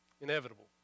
Inevitable